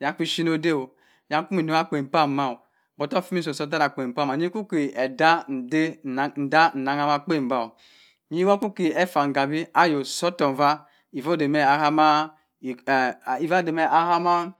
na kho koh oshene odey o yakswu muh nrogha akfen pam mah boho otogh fur mun nsi atarah akpen pam mah anyi kwu kwu edah edeh anansha mah akpe bag wmno kuke afah hambeh ayok sotok mva before odey mme ahama.